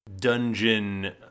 dungeon